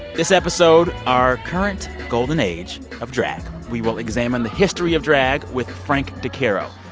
this episode, our current golden age of drag. we will examine the history of drag with frank decaro,